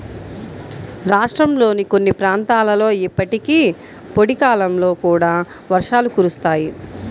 రాష్ట్రంలోని కొన్ని ప్రాంతాలలో ఇప్పటికీ పొడి కాలంలో కూడా వర్షాలు కురుస్తాయి